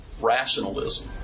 rationalism